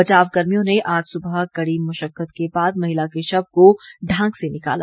बचाव कर्मियों ने आज सुबह कड़ी मुश्कत के बाद महिला के शव को ढांक से निकाला